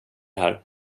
här